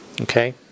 Okay